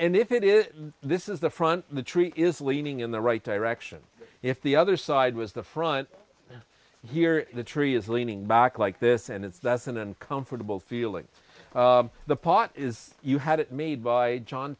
and if it is this is the front of the tree is leaning in the right direction if the other side was the front here the tree is leaning back like this and it's that's an uncomfortable feeling the part is you had it made by john